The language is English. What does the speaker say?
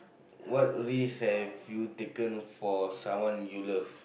what risk have you taken for someone you love